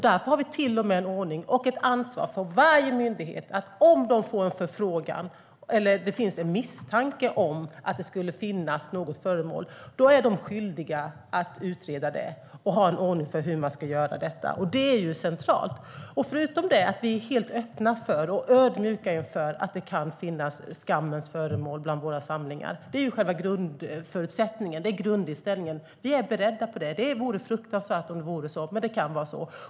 Därför har vi till och med en ordning med ett ansvar för varje myndighet att om det finns en misstanke om att det skulle finnas något sådant föremål är man skyldig att utreda det och ha en ordning för hur man ska göra det. Det är centralt. Vi är helt öppna för och ödmjuka inför att skammens föremål kan finnas i våra samlingar. Det är själva grundinställningen. Vi är beredda på det. Det vore fruktansvärt om det vore så, men det kan vara så.